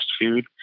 food